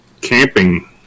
camping